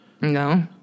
No